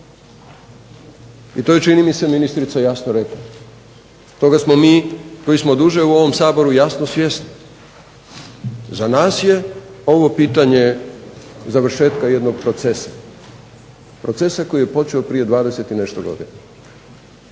i to je čini mi se ministrica jasno rekla. Toga smo mi koji smo duže u ovom Saboru jasno svjesni. Za nas je ovo pitanje završetka jednog procesa, procesa koji je počeo prije 20 i nešto godina